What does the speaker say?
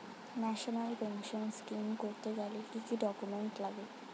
National pension scheme করতে গেলে কি কি ডকুমেন্ট লাগে?